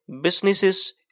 businesses